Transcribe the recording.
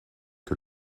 que